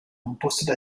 composte